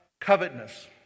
covetousness